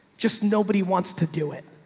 just nobody wants to do it.